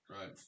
right